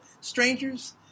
strangers